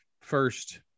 first